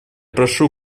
прошу